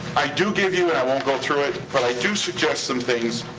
i do give you, and i won't go through it, but i do suggest some things.